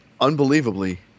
unbelievably